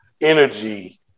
energy